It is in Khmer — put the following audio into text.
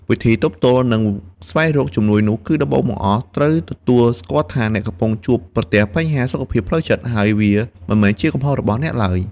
វិធីទប់ទល់ និងស្វែងរកជំនួយនោះ គឺដំបូងបង្អស់ ត្រូវទទួលស្គាល់ថាអ្នកកំពុងជួបប្រទះបញ្ហាសុខភាពផ្លូវចិត្ត ហើយវា មិនមែនជាកំហុសរបស់អ្នក ឡើយ។